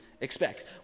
expect